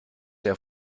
der